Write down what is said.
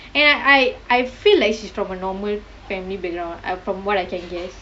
and I I I feel like she's from a normal family background I from what I can guess